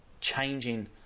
changing